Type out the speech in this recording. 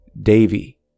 Davy